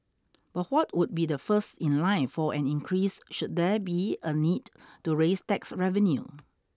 but what would be the first in line for an increase should there be a need to raise tax revenue